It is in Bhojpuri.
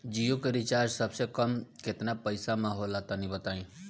जियो के रिचार्ज सबसे कम केतना पईसा म होला तनि बताई?